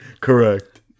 Correct